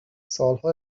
سالها